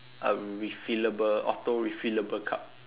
a refillable auto refillable cup